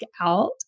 out